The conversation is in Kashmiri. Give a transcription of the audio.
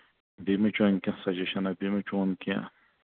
بیٚیہِ مہ چٲنۍ کینٛہہ سَجسشنہ بیٚیہِ مہ چون کیٚنٛہہ